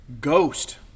Ghost